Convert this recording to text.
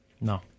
No